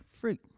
fruit